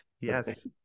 Yes